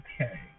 Okay